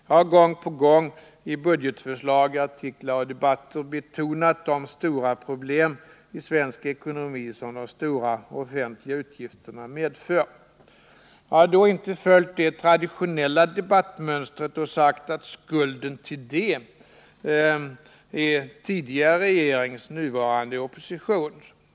Jag har gång på gång, i budgetförslag, artiklar och debatter, betonat de stora problem i svensk ekonomi som de stora offentliga utgifterna medför. Jag har då inte följt det traditionella debattmönstret och sagt att skulden till detta är tidigare regerings, nuvarande oppositions.